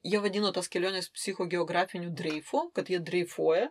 jie vadino tos keliones psichogeografiniu dreifu kad jie dreifuoja